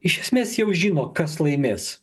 iš esmės jau žino kas laimės